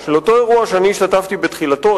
שאני השתתפתי בתחילתו,